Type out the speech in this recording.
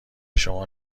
شما